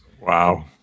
Wow